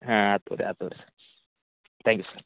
ಹಾಂ ಆಯ್ತ್ ತೊಗೊಳಿ ಆಯ್ತ್ ತೊಗೊಳಿ ತ್ಯಾಂಕ್ ಯು ಸರ್